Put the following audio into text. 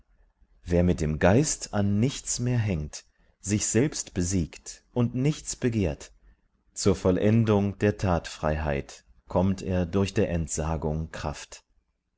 wer mit dem geist an nichts mehr hängt sich selbst besiegt und nichts begehrt zur vollendung der tatfreiheit kommt er durch der entsagung kraft